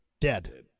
Dead